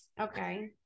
okay